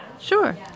Sure